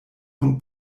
von